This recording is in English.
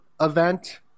event